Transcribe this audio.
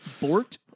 Bort